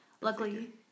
Luckily